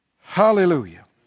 Hallelujah